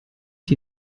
die